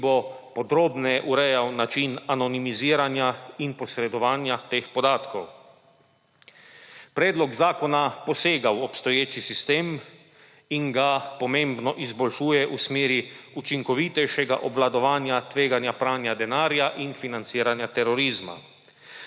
ki bo podrobneje urejal način anonimiziranja in posredovanja teh podatkov. Predlog zakona posega v obstoječi sistem in ga pomembno izboljšuje v smeri učinkovitejšega obvladovanja tveganja pranja denarja in financiranja terorizma.